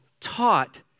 taught